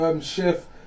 chef